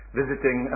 visiting